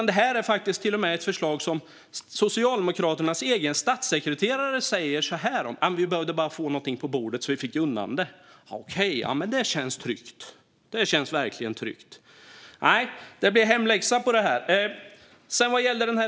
Detta är ett förslag som Socialdemokraternas egen statssekreterare säger så här om: Vi behövde bara få någonting på bordet, så att vi fick undan det. Det känns verkligen tryggt! Nej, det blir hemläxa på det här.